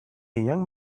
young